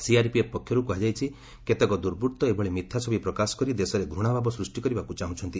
CRPF ପକ୍ଷରୁ କୁହାଯାଇଛି କେତେକ ଦୁର୍ବୃତ୍ତ ଏଭଳି ମିଥ୍ୟା ଛବି ପ୍ରକାଶ କରି ଦେଶରେ ଘୂଶାଭାବ ସୃଷ୍ଟି କରିବାକୁ ଚାହୁଁଛନ୍ତି